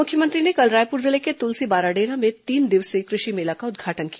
मुख्यमंत्री ने कल रायपुर जिले के तुलसी बाराडेरा में तीन दिवसीय कृषि मेला का उद्घाटन किया